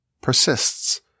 persists